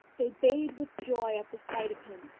they bayed with joy at the sight of him,